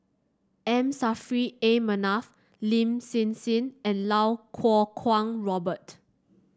M Saffri A Manaf Lin Hsin Hsin and Lau Kuo Kwong Robert